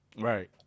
Right